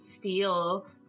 feel